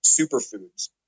superfoods